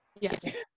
Yes